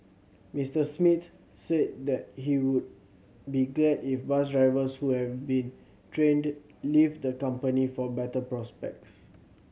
Mister Smith said that he would be glad if bus drivers who have been trained leave the company for better prospects